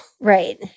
Right